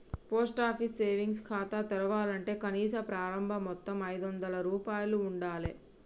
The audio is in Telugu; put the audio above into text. పోస్ట్ ఆఫీస్ సేవింగ్స్ ఖాతా తెరవాలంటే కనీస ప్రారంభ మొత్తం ఐదొందల రూపాయలు ఉండాలె